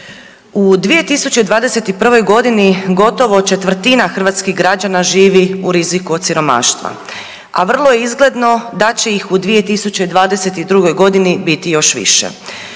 U 2021.g. gotovo četvrtina hrvatskih građana živi u riziku od siromaštva, a vrlo je izgledno da će ih u 2022.g. biti još više.